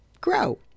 grow